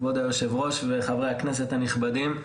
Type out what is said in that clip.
כבוד יושב הראש וחברי הכנסת הנכבדים.